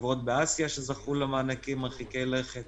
חברות באסיה שזכו למענקים מרחיקי לכת